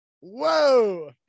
Whoa